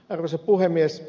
arvoisa puhemies